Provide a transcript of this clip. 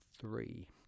three